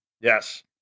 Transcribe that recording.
Yes